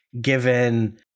given